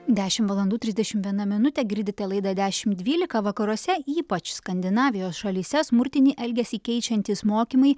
dešimt valandų trisdešimt viena minutė girdite laidą dešimt dvylika vakaruose ypač skandinavijos šalyse smurtinį elgesį keičiantys mokymai